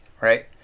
right